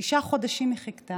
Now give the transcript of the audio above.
תשעה חודשים היא חיכתה,